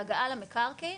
בהגעה למקרקעין,